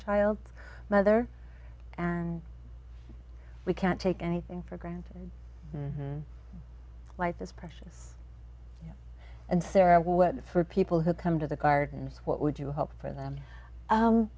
child's mother and we can't take anything for granted like this precious and sara what for people who come to the garden what would you hope for them